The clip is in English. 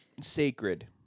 sacred